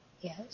yes